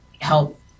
help